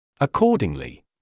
Accordingly